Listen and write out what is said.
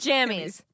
Jammies